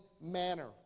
manner